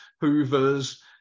Hoovers